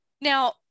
Now